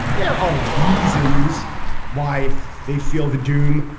there are reasons why they feel the doom.